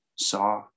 saw